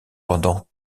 pendant